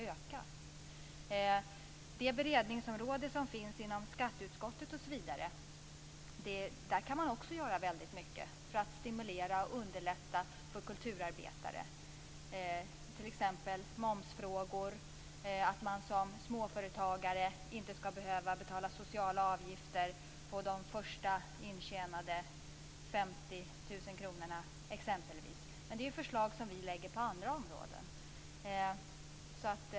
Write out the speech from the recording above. Inom det beredningsområde som berör skatteutskottet går det också att göra mycket för att stimulera och underlätta för kulturarbetare. Det är t.ex. momsfrågor eller att småföretagare inte skall behöva betala sociala avgifter på de första 50 000 intjänade kronorna. Men det är förslag som vi lägger fram på andra områden.